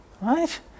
Right